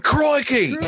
Crikey